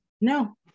No